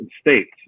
states